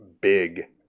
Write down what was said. big